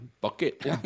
Bucket